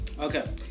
Okay